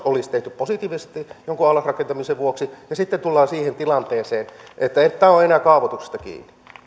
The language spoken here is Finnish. olisi tehty positiivinen päätös jonkun allasrakentamisen vuoksi ja tullaan siihen tilanteeseen että tämä on enää kaavoituksesta kiinni